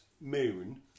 moon